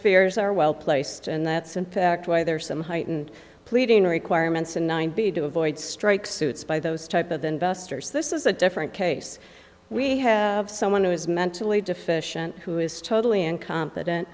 fears are well placed and that's in fact why there are some heightened pleading requirements and nine b to avoid strike suits by those type of investors this is a different case we have someone who is mentally deficient who is totally incompetent